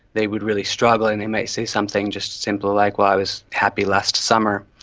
they would really struggle and they might say something just simple like, well, i was happy last summer.